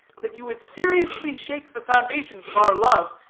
that you would seriously shake the foundations of our love,